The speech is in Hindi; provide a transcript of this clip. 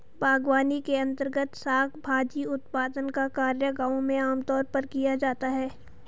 बागवानी के अंर्तगत शाक भाजी उत्पादन का कार्य गांव में आमतौर पर किया जाता है